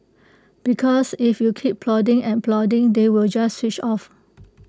because if you keep prodding and prodding they will just switch off